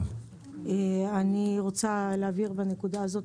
אני רוצה להבהיר בנקודה הזאת.